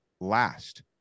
last